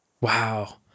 Wow